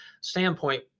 standpoint